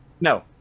no